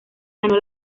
ganó